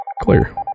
clear